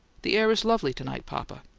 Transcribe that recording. the air is lovely to-night, papa.